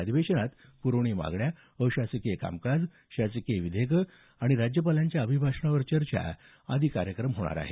अधिवेशनात पुरवणी मागण्या अशासकीय कामकाज शासकीय विधेयक राज्यपालांच्या अभिभाषणावर चर्चा आदी कामकाज होणार आहे